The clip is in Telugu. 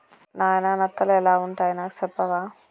నాయిన నత్తలు ఎలా వుంటాయి నాకు సెప్పవా